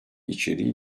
içeriği